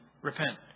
repent